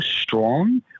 strong